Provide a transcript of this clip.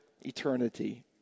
eternity